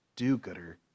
do-gooder